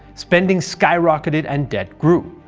spending skyrocketed and debt grew.